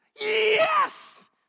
Yes